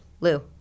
Lou